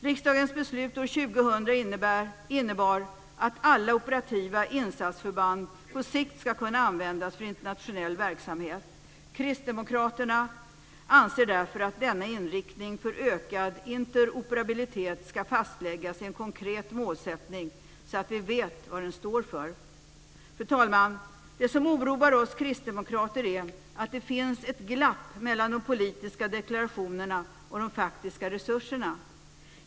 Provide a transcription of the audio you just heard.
Riksdagens beslut år 2000 innebar att alla operativa insatsförband på sikt skulle kunna användas för internationell verksamhet. Kristdemokraterna anser därför att denna inriktning för ökad interoperabilitet ska fastläggas i en konkret målsättning så att vi vet vad den står för. Fru talman! Det som oroar oss kristdemokrater är att det finns ett glapp mellan de politiska deklarationerna och de faktiska resurserna.